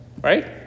right